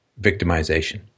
victimization